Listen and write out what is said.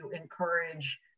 encourage